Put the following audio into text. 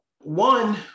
one